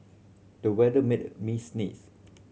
the weather made me sneeze